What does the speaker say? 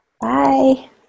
Bye